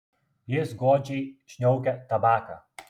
jis godžiai šniaukia tabaką